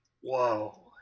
Whoa